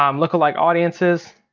um lookalike audiences,